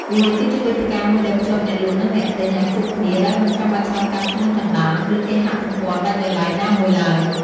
វាគឺជាវេទិកាមួយដែលភ្ជាប់អ្នកលក់និងអ្នកទិញឱ្យជួបគ្នាដោយមិនចាំបាច់ឆ្លងកាត់ឈ្មួញកណ្តាល ឬគេហទំព័រដាច់ដោយឡែកណាមួយឡើយ។